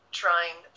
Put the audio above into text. trying